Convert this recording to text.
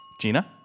Gina